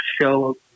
show